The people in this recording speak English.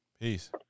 Peace